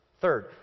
Third